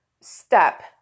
step